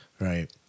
Right